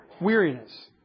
Weariness